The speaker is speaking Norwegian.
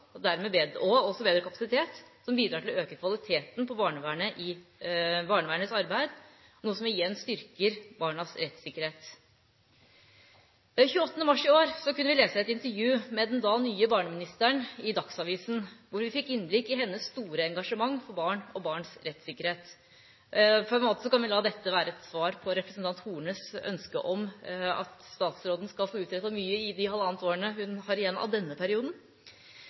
og også bedre kapasitet – som bidrar til å øke kvaliteten på barnevernets arbeid, noe som igjen styrker barnas rettssikkerhet. Den 28. mars i år kunne vi lese et intervju i Dagsavisen med den da nye barneministeren, hvor vi fikk innblikk i hennes store engasjement for barn og barns rettssikkerhet. På en måte kan vi la dette være et svar på representanten Hornes ønske om at statsråden skal få utrettet mye i det halvannet året hun har igjen av denne perioden.